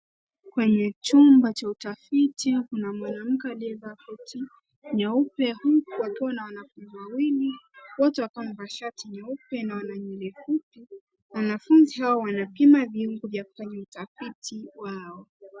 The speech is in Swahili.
Kwenye chumba cha utafiti kuna mwanamke aliyevaa koti nyeupe huku akiwa na wanafunzi wawili wote wakiwa wamevaa shati nyeupe na wana nywele fupi. Wanafunzi hao wanapima vitu vya kufanya utafiti wao.